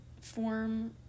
form